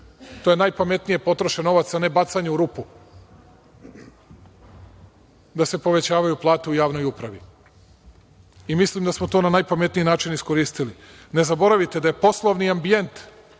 To je najpametnije potrošen novac a ne bacanje u rupu da se povećavaju plate u javnoj upravi. Mislim da smo to najpametniji način iskoristili. Ne zaboravite da je poslovni ambijent